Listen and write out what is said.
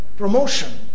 promotion